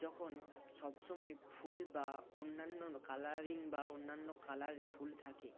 যখন সব সময় ফুল বা অন্যান্য কালারিং বা অন্যান্য কালারে ফুল থাকে